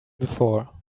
before